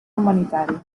humanitari